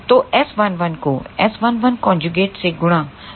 तो S11 को S11 से गुणा करने पर S112 हो जाएगा